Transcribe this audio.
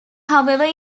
however